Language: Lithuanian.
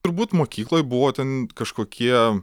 turbūt mokykloj buvo ten kažkokie